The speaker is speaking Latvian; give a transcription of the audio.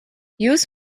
jūs